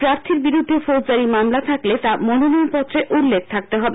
প্রার্থীর বিরুদ্ধে ফৌজদারি মামলা থাকলে তা মনোনয়নপত্রে উল্লেখ থাকতে হবে